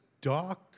dark